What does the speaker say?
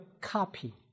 copy